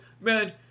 Man